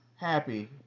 happy